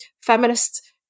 feminist